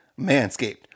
Manscaped